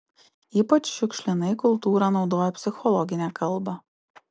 ypač šiukšlinai kultūra naudoja psichologinę kalbą